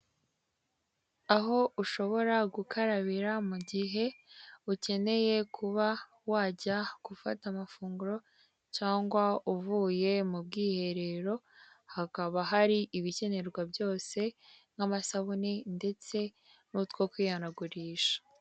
Aho ushobora gukarabira mu gihe ukeneye kuba wajya gufata amafunguro, cyangwa uvuye mu bwiherero, hakaba hari ibikenerwa byose nk'amasabune, ndetse n'utwo kwihanagurisha.